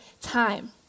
time